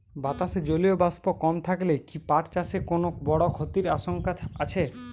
বাতাসে জলীয় বাষ্প কম থাকলে কি পাট চাষে কোনো বড় ক্ষতির আশঙ্কা আছে?